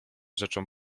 rzeczą